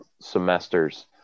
semesters